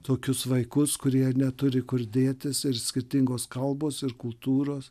tokius vaikus kurie neturi kur dėtis ir skirtingos kalbos ir kultūros